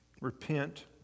repent